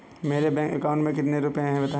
मेरे bank account में कितने रुपए हैं बताएँ?